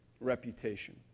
Reputation